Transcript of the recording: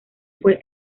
fue